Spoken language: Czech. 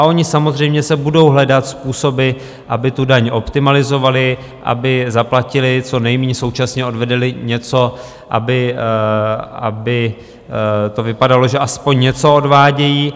Oni samozřejmě budou hledat způsoby, aby daň optimalizovali, aby zaplatili co nejmíň, současně odvedli něco, aby to vypadalo, že aspoň něco odvádějí.